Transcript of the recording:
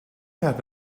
have